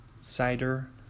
cider